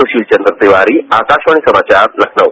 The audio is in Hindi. सुशील चंद्र तिवारी आकाशवाणी समाचार लखनऊ